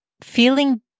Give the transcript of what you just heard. feeling